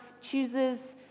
chooses